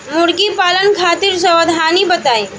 मुर्गी पालन खातिर सावधानी बताई?